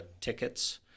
tickets